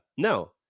No